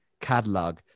catalog